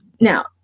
Now